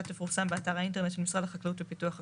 תפורסם באתר האינטרנט של משרד החקלאות ופיתוח הכפר".